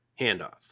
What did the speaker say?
handoff